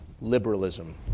liberalism